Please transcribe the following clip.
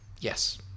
yes